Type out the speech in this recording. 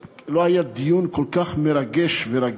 אני לא זוכר שהיה לי אי-פעם בוועדה דיון כל כך מרגש ורגיש.